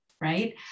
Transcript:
right